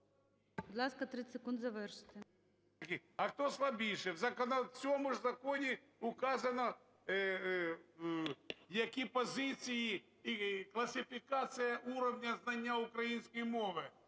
Будь ласка, 30 секунд завершити. НІМЧЕНКО В.І. …а хто слабше? В цьому ж законі указано, які позиції і класифікаціяуровня знання української мови.